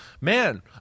man